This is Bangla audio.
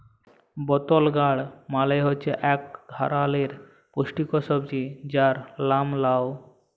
বতল গাড় মালে হছে ইক ধারালের পুস্টিকর সবজি যার লাম লাউ